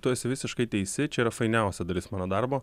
tu esi visiškai teisi čia yra fainiausia dalis mano darbo